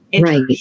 Right